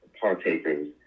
partakers